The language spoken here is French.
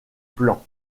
plan